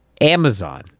Amazon